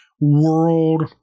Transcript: world